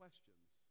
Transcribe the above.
Questions